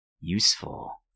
useful